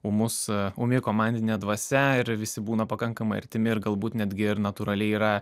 ūmus ūmi komandinė dvasia ir visi būna pakankamai artimi ir galbūt netgi ir natūraliai yra